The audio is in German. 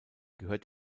gehört